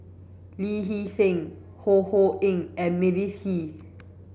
Lee Hee Seng Ho Ho Ying and Mavis Hee